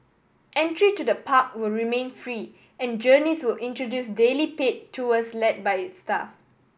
entry to the park will remain free and Journeys will introduce daily pay tours led by its staff